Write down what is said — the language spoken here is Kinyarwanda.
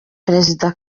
perezida